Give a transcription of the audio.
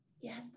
Yes